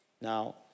Now